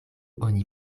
oni